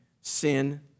sin